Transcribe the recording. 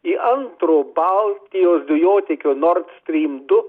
į antro baltijos dujotiekio nord strym du